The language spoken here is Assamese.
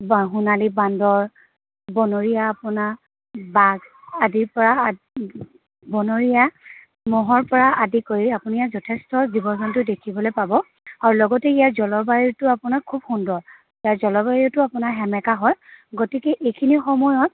বা সোণালী বান্দৰ বনৰীয়া আপোনাৰ বাঘ আদিৰ পৰা বনৰীয়া ম'হৰ পৰা আদি কৰি আপুনি ইয়াত যথেষ্ট জীৱ জন্তু দেখিবলৈ পাব আৰু লগতে ইয়াৰ জলবায়ুটো আপোনাৰ খুব সুন্দৰ ইয়াৰ জলবায়ুটো আপোনাৰ সেমেকা হয় গতিকে এইখিনি সময়ত